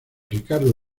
ricardo